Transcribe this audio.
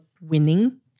winning